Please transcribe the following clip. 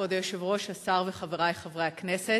כבוד היושב-ראש, השר וחברי חברי הכנסת,